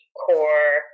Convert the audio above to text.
core